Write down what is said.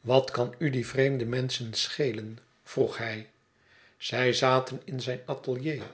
wat kan u die vreemde menschen schelen vroeg hij zij zaten in zijn atelier